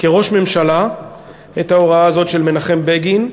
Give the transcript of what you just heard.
כראש ממשלה את ההוראה הזאת של מנחם בגין.